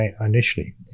initially